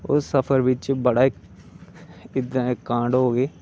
उस सफर बिच बड़ा कांड होग